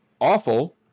awful